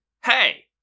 hey